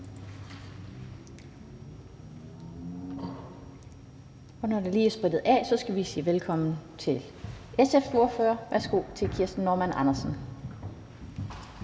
Og når der lige er blevet sprittet af, skal vi sige velkommen til SF's ordfører. Værsgo til fru Kirsten Normann Andersen.